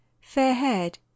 fair-haired